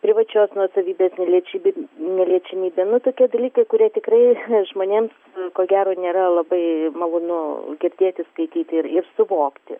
privačios nuosavybės neliečia neliečiamybė nu tokie dalykai kurie tikrai žmonėms ko gero nėra labai malonu girdėti skaityti ir ir suvokti